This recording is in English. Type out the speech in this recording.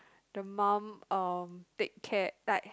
the mum um take care like